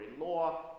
law